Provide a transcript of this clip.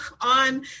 on